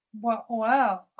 Wow